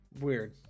weird